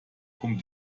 vom